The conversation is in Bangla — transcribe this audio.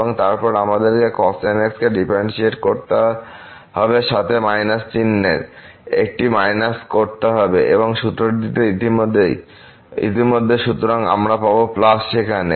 এবং তারপরে আমাদেরকে cos nx কে ডিফারেন্শিয়েট করতে হবে সাথে চিহ্নের একটি করতে হবে এবং সূত্রটিতে ইতিমধ্যে সুতরাং আমরা পাব সেখানে